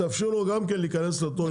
תאפשרו לו גם להיכנס לאותו הסדר.